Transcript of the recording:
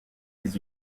des